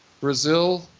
Brazil